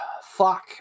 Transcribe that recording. Fuck